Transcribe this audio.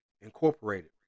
incorporated